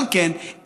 אבל כן,